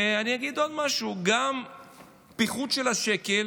ואני אגיד עוד משהו: פיחות של השקל